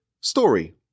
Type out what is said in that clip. story